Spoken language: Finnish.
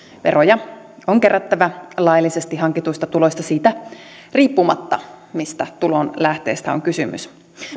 veroja on kerättävä laillisesti hankituista tuloista siitä riippumatta mistä tulonlähteestä on kysymys